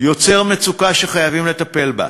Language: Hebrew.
יוצר מצוקה שחייבים לטפל בה,